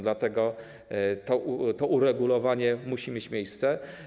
Dlatego to uregulowanie musi mieć miejsce.